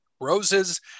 roses